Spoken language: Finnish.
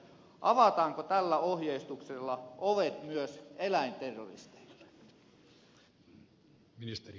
avataanko tällä ohjeistuksella ovet myös eläinterroristeille